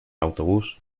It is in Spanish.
autobús